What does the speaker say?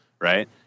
Right